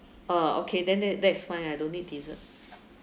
orh okay then that that is fine lah don't need dessert